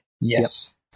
Yes